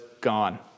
gone